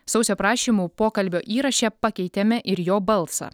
sausio prašymu pokalbio įraše pakeitėme ir jo balsą